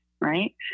right